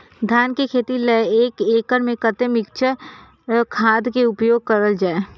धान के खेती लय एक एकड़ में कते मिक्चर खाद के उपयोग करल जाय?